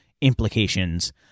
implications